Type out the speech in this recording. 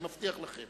אני מבטיח לכם.